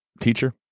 Teacher